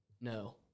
No